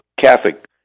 Catholic